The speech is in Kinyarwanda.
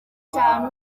itanu